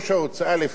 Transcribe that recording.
כביכול,